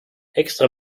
extra